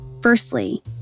Firstly